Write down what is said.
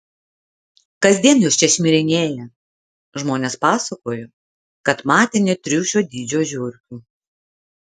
kasdien jos čia šmirinėja žmonės pasakojo kad matę net triušio dydžio žiurkių